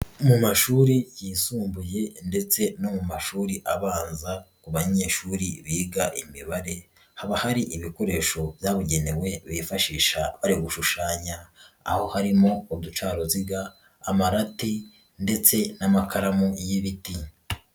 Mu mashuri yisumbuye ndetse no mu mashuri abanza mu banyeshuri biga imibare haba hari ibikoresho byabugenewe bifashisha bari gushushanya, aho harimo udutaruziga, amarati ndetse n'amakaramu y'ibiti.